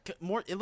more